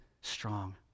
strong